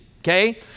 okay